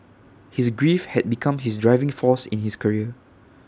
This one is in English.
his grief had become his driving force in his career